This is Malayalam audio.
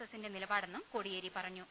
എസിന്റെ നിലപാ ടെന്നും കോടിയേരി പറഞ്ഞു